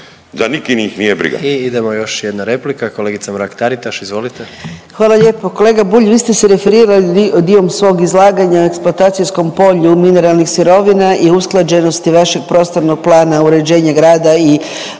za nikim ih nije briga.